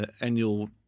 annual